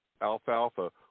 alfalfa